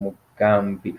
mugambi